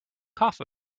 cough